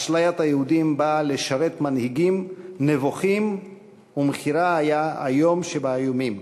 "אשליית היהודים באה לשרת מנהיגים נבוכים ומחירה היה איום שבאיומים.